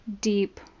deep